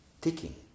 Ticking